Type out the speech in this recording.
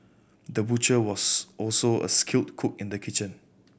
the butcher was also a skilled cook in the kitchen